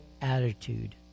attitude